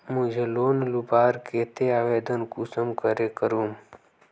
मुई लोन लुबार केते आवेदन कुंसम करे करूम?